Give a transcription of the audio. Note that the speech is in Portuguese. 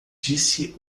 disse